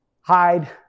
Hide